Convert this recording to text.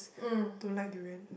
mm